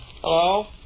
Hello